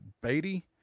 Beatty